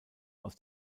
aus